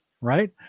right